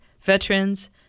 veterans